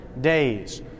days